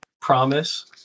promise